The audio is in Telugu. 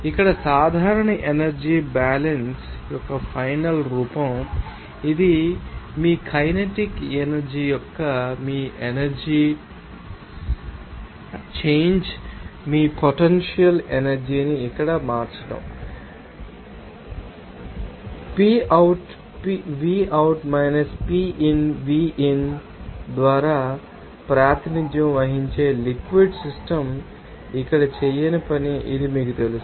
ఇక్కడ సాధారణ ఎనర్జీ బ్యాలన్స్ త యొక్క ఫైనల్ రూపం ఇది మీకైనెటిక్ ఎనర్జీ యొక్క మీ ఎనర్జీ ఎనర్జీ చేంజ్ మీ పొటెన్షియల్ ఎనర్జీ ని ఇక్కడ మార్చండి ఈ PoutVout PinVin ద్వారా ప్రాతినిధ్యం వహించే లిక్విడ్ సిస్టమ్ ఇక్కడ చేయని పని ఇది మీకు తెలుసు